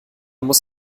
muss